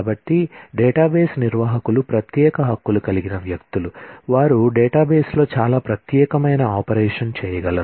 కాబట్టి డేటాబేస్ నిర్వాహకులు ప్రత్యేక హక్కులు కలిగిన వ్యక్తులు వారు డేటాబేస్లో చాలా ప్రత్యేకమైన ఆపరేషన్ చేయగలరు